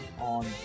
on